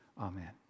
Amen